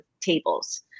tables